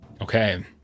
okay